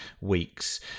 weeks